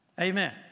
Amen